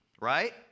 right